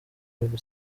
baby